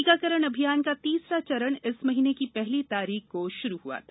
टीकाकरण अभियान का तीसरा चरण इस महीने की पहली तारीख को शुरू हुआ था